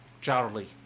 Charlie